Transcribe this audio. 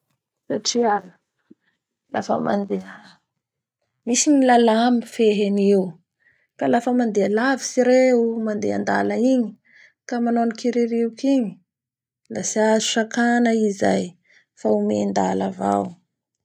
Satria, lafa mandeha, misy ny lala mifehy an'io ka lafa mandeha alavitsy reo mandeha andala egny ka manao any kiririoky igny da tsy azo sakana i zayfa omendala avao.